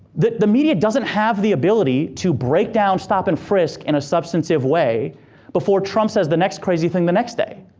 the the media doesn't have the ability to break down stop and frisk in and a substantive way before trump says the next crazy thing the next day,